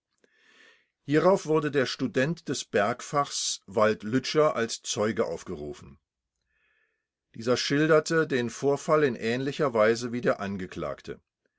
hierauf wurde der student des bergfachs wald lütscher als zeuge aufgerufen dieser schilderte den vorfall in ähnlicher weise wie der angeklagte